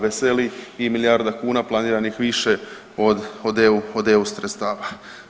Veseli i milijarda kuna planiranih više od EU sredstava.